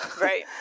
Right